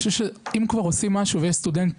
אני חושב שאם כבר עושים משהו ויש סטודנט,